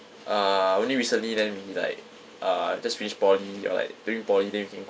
uh only recently then we like uh just finish poly or like during poly then we can go